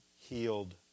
healed